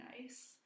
nice